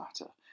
matter